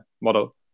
model